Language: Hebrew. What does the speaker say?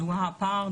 זוהה הפער,